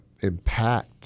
impact